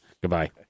Goodbye